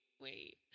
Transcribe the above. wait